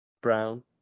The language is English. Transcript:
brown